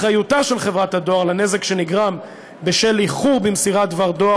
אחריותה של חברת הדואר לנזק שנגרם בשל איחור במסירת דבר דואר